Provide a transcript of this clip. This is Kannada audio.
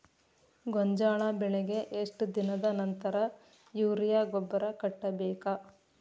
ಗೋಂಜಾಳ ಬೆಳೆಗೆ ಎಷ್ಟ್ ದಿನದ ನಂತರ ಯೂರಿಯಾ ಗೊಬ್ಬರ ಕಟ್ಟಬೇಕ?